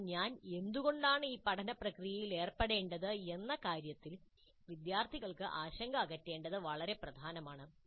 പക്ഷേ "ഞാൻ എന്തുകൊണ്ടാണ് ഈ പഠന പ്രക്രിയയിൽ ഏർപ്പെടേണ്ടത്" എന്ന കാര്യത്തിൽ വിദ്യാർത്ഥികൾക്ക് ആശങ്ക അകറ്റേണ്ടത് വളരെ പ്രധാനമാണ്